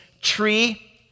tree